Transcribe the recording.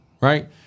right